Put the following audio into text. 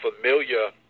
familiar